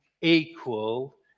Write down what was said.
equal